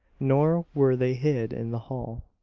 nor were they hid in the hall.